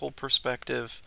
perspective